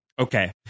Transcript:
okay